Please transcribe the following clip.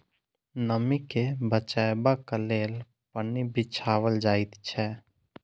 नमीं के बचयबाक लेल पन्नी बिछाओल जाइत छै